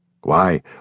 Why